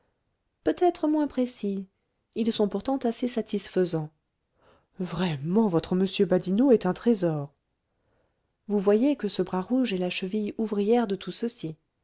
peut-être moins précis ils sont pourtant assez satisfaisants vraiment votre m badinot est un trésor vous voyez que ce bras rouge est la cheville ouvrière de tout ceci